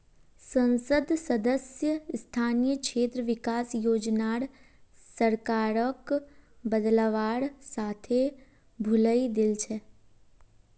संसद सदस्य स्थानीय क्षेत्र विकास योजनार सरकारक बदलवार साथे भुलई दिल छेक